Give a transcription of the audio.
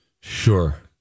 Sure